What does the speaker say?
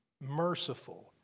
merciful